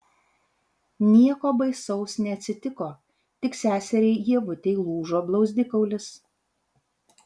nieko baisaus neatsitiko tik seseriai ievutei lūžo blauzdikaulis